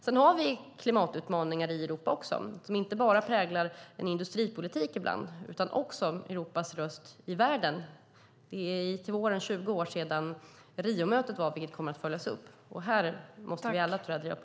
Vi har klimatutmaningar i Europa som inte bara präglar industripolitiken utan också Europas röst i världen. I vår är det 20 år sedan Riomötet. Det kommer att följas upp.